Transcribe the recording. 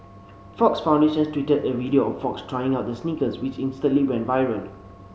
Fox Foundation tweeted a video of Fox trying out the sneakers which instantly went viral